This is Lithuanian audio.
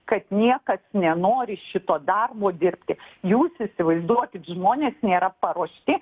kad niekas nenori šito darbo dirbti jūs įsivaizduokit žmonės nėra paruošti